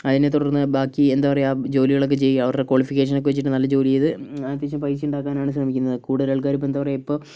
അതിനെ തുടർന്ന് ബാക്കി എന്താ പറയുക ജോലികളൊക്കെ ചെയ്യുക അവരുടെ ക്വാളിഫിക്കേഷൻ ഒക്കെ വെച്ചിട്ട് നല്ല ജോലി ചെയ്തു അത്യാവശ്യം പൈസ ഉണ്ടാക്കാനാണ് ശ്രമിക്കുന്നത് കൂടുതൽ ആൾക്കാരും ഇപ്പൊൾ എന്താ പറയുക ഇപ്പൊൾ